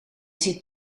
zit